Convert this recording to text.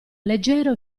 leggero